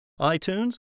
iTunes